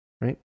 Right